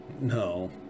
no